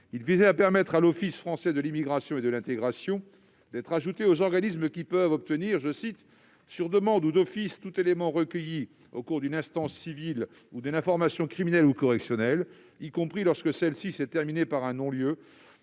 visait à ajouter l'Office français de l'immigration et de l'intégration (OFII) aux organismes qui peuvent obtenir, « sur demande ou d'office, tout élément recueilli au cours d'une instance civile ou d'une information criminelle ou correctionnelle, y compris lorsque celle-ci s'est terminée par un non-lieu,